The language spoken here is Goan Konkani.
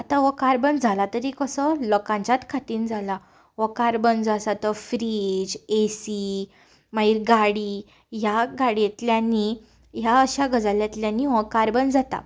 आतां हो कार्बन जाला तरी कसो लोकांच्याच हातीन जाला हो कार्बन जो आसा तो फ्रीज ए सी मागीर गाडी ह्या गाड्येंतल्यांनी ह्या अश्या गजालींतल्यांनी हो कार्बन जाता